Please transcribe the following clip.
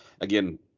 again